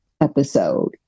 episode